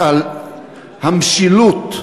המשילות,